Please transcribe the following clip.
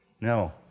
No